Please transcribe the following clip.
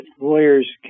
lawyers